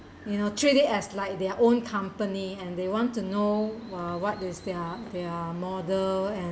you know treat it as like their own company and they want to know uh what is their their model and